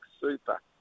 super